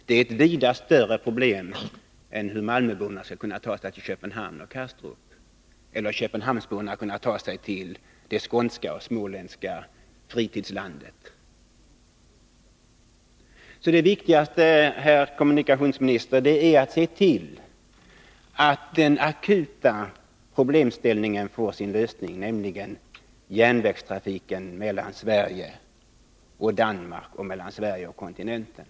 Det är ett vida större problem än problemet med hur malmöborna skall kunna ta sig till Köpenhamn och Kastrup eller hur köpenhamnsborna skall kunna ta sig till fritidsområdena i Skåne och Småland. Det viktigaste, herr kommunikationsminister, är alltså att se till att den akuta problemställningen får sin lösning, nämligen järnvägstrafiken mellan Sverige och Danmark och mellan Sverige och kontinenten.